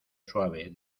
suave